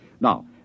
Now